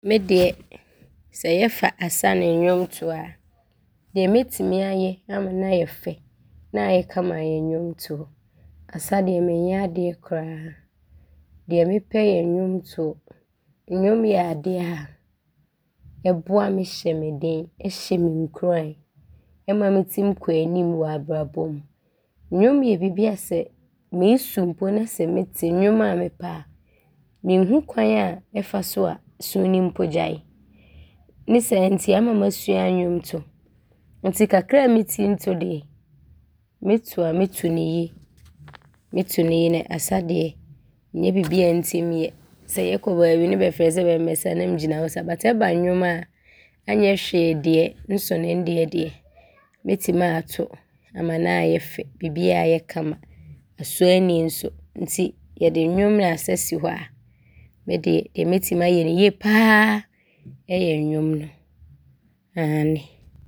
Ndeɛ sɛ yɛfa asa ne nnwontoɔ a, deɛ mɛtim ayɛ ama ne ayɛ fɛ ne ayɛ kama yɛ nnwontoɔ. Asa deɛ mennyɛ adeɛ koraa. Deɛ mpɛ yɛ nnwontoɔ. Nnwom yɛ adeɛ a ɔboa me hyɛ me den, ɔhyɛ me nkuran ma ntim kɔ anim wɔ abrabɔ mu. Nnwom yɛ bibi a, sɛ meesu mpo ne nte nnwom a mpɛ a, menhu kwan a mfa so a suu no mpo gyae. Ne saa nti aama masua nnwontoɔ nti kakra a ntim to no deɛ, nto a, nto no yie ne asa deɛ, ɔnyɛ bibi a ntim yɛ. Sɛ yɛkɔ baabi ne bɛfrɛ sɛ bɛmmɛsa a, ne ngyina hɔ saa nanso ɔba nnwom a, anyɛ hwee deɛ nso ne ndeɛ deɛ, mɛtim aato ama no aayɛ fɛ ne bibiaa aayɛ kama aasɔ ani nso nti bɛde nnwom ne asa si hɔ a, ndeɛ deɛ mɛtim ayɛ ne tie pa ara yɛ nnwom no, aane.